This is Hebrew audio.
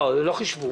הם לא חישבו.